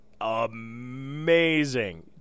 amazing